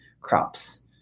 crops